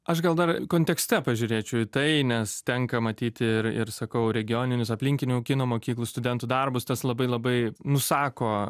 aš gal dar kontekste pažiūrėčiau į tai nes tenka matyti ir ir sakau regioninius aplinkinių kino mokyklų studentų darbus tas labai labai nusako